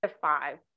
five